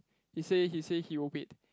he say he say he will wait